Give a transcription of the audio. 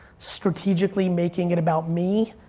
strategically making it about me,